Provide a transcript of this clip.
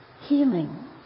healing